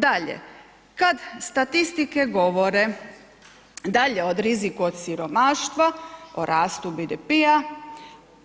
Dalje kad statistike govore dalje od riziku od siromaštva, o rastu BDP-a,